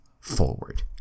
forward